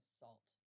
salt